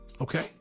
Okay